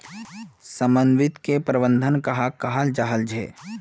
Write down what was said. समन्वित किट प्रबंधन कहाक कहाल जाहा झे?